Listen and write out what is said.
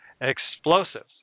explosives